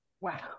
Wow